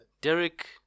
Derek